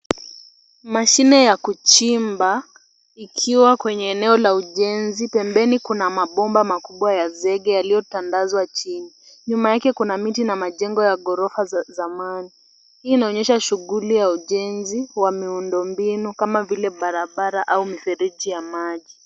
Mashine ya kuchimba ikiwa kwenye eneo la ujenzi, pembeni kuna mabomba makubwa ya zege yaliyotandazwa chini. Nyuma yake kuna miti na majengo ya ghorofa za zamani hii inaonyesha shughuli ya ujenzi ya miundo mbinu kama vile barabara au mifereji ya maji.